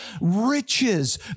riches